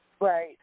Right